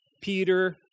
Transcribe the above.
Peter